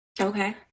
Okay